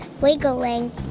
wiggling